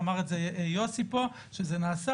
אמר את זה יוסי פה שזה נעשה,